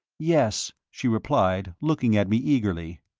yes, she replied, looking at me eagerly.